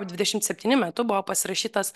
dvidešimt septyni metus buvo pasirašytas